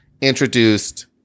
introduced